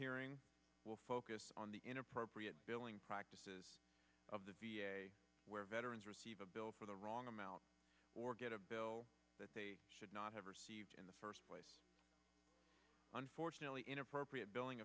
hearing will focus on the inappropriate billing practices of the v a where veterans receive a bill for the wrong amount or get a bill that they should not have received in the first place unfortunately inappropriate billing